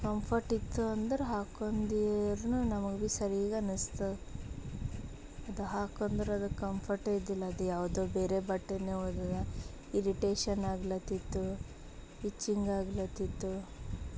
comfort ಇತ್ತು ಅಂದ್ರೆ ಹಾಕ್ಕೊಂಡಿದ್ರೂ ನಮಗೆ ಸರೀಗೆ ಅನಿಸ್ತದೆ ಅದು ಹಾಕ್ಕೊಂಡ್ರೆ ಅದು ಕಂಫಟೇ ಇದ್ದಿಲ್ಲ ಅದು ಯಾವುದೋ ಬೇರೆ ಬಟ್ಟೆಯೇ ಇರಿಟೇಷನ್ ಆಗ್ಲತಿತ್ತು ಇಚ್ಚಿಂಗ್ ಆಗ್ಲತಿತ್ತು